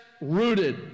rooted